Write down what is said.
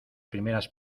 primeras